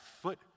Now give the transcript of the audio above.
foot